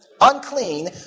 Unclean